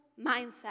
mindset